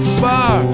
far